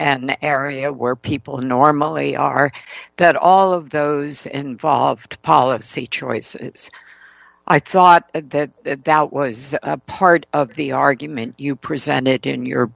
an area where people normally are that all of those involved policy choice i thought that that was part of the argument you present it in your